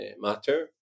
matter